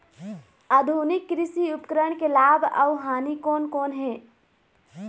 आधुनिक कृषि उपकरण के लाभ अऊ हानि कोन कोन हे?